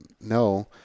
no